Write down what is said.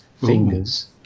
Fingers